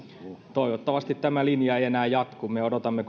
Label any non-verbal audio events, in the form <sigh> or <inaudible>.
toivottavasti tämä linja ei enää jatku me odotamme <unintelligible>